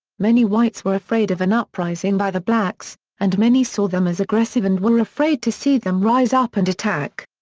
many whites were afraid of an uprising by the blacks, and many saw them as aggressive and were afraid to see them rise up and attack.